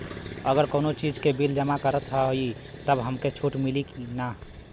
अगर कउनो चीज़ के बिल जमा करत हई तब हमके छूट मिली कि ना?